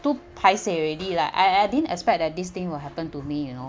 too paiseh already lah I I didn't expect that this thing will happen to me you know